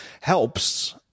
helps